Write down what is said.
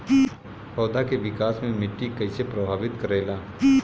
पौधा के विकास मे मिट्टी कइसे प्रभावित करेला?